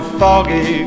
foggy